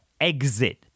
exit